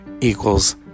equals